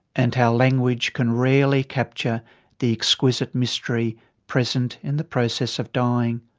and how language can rarely capture the exquisite mystery present in the process of dying.